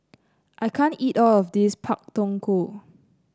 I can't eat all of this Pak Thong Ko